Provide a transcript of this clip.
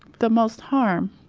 the most harm.